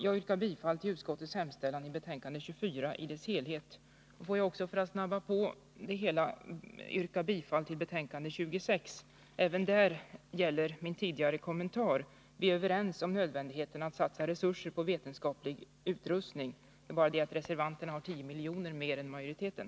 Jag yrkar bifall till utskottets hemställan i betänkande 24 i dess helhet. Får jag också, för att påskynda det hela, yrka bifall till hemställan i betänkande 26. Även där gäller min tidigare kommentar — vi är överens om nödvändigheten av att satsa resurser på vetenskaplig utrustning, det är bara det att reservanterna har 10 milj.kr. mer än majoriteten.